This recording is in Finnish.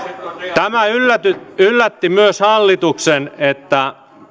tämä yllätti myös hallituksen että